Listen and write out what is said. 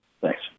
Thanks